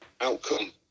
outcome